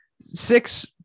six